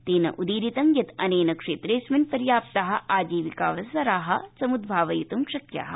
तेनोदीरितं यदनेन क्षेत्रेऽस्मिन् पर्याप्ताः आजीविकाऽवसराः समुद भावयितुं शक्याः